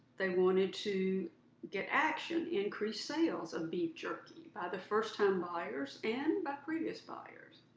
they wanted to get action, increase sales of beef jerky by the first time buyers and by previous buyers.